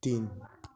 तिन